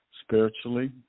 spiritually